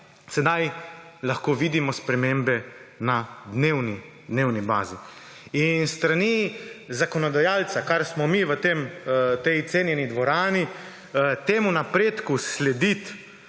sedaj lahko vidimo spremembe na dnevni bazi. In s strani zakonodajalca, kar smo mi v tej cenjeni dvorani, temu napredku slediti